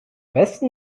besten